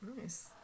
Nice